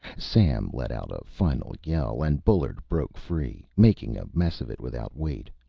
sam let out a final yell, and bullard broke free, making a mess of it without weight.